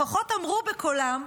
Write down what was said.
לפחות אמרו בקולם: